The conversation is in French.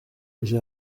j’ai